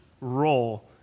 role